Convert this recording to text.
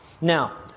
now